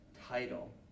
title